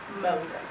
Moses